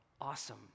awesome